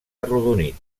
arrodonit